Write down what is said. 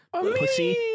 Pussy